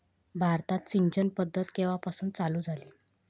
भारतात सिंचन पद्धत केवापासून चालू झाली?